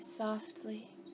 softly